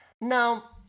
Now